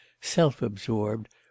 self-absorbed